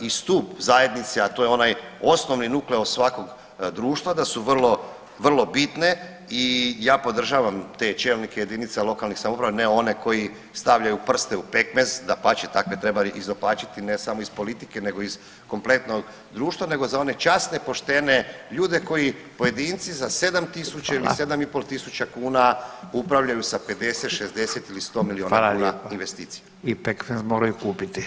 i stup zajednice, a to je onaj osnovni nukleus svakog društva, da su vrlo bitne i ja podržavam te čelnike jedinica lokalnih samouprava, ne oni koji stavljaju prste u pekmez, dapače, takve treba izopačiti ne samo iz politike nego iz kompletnog društva, nego za one časne, poštene ljude koji pojedinci za 7.000 ili 7.500 [[Upadica Radin: Hvala.]] kuna upravljaju sa 50, 60 ili 100 milijuna kuna investicija.